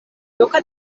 loka